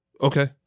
Okay